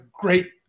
great